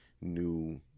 new